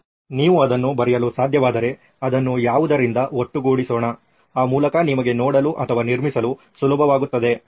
ನೀವು ಅದನ್ನು ಬರೆಯಲು ಸಾಧ್ಯವಾದರೆ ಅದನ್ನು ಯಾವುದರಿಂದ ಒಟ್ಟುಗೂಡಿಸಿ ಆ ಮೂಲಕ ನಿಮಗೆ ನೋಡಲು ಅಥವಾ ನಿರ್ಮಿಸಲು ಸುಲಭವಾಗುತ್ತದೆ